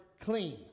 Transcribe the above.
clean